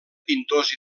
pintors